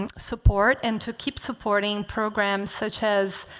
and support and to keep supporting programs such as,